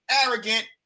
arrogant